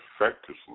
effectively